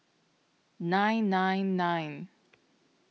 nine nine nine